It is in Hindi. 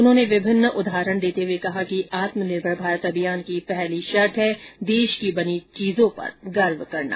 उन्होंने विभिन्न उदाहरण देते हुए कहा कि आत्मनिर्भर भारत अभियान की पहली शर्त है देश की बनी चीजों पर गर्व करना